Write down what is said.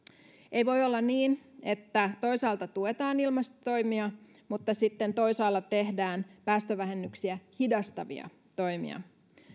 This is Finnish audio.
ei voi olla niin että toisaalta tuetaan ilmastotoimia mutta sitten toisaalla tehdään päästövähennyksiä hidastavia toimia